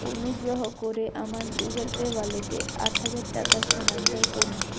অনুগ্রহ করে আমার গুগল পে ওয়ালেটে আট হাজার টাকা স্থানান্তর করুন